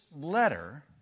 letter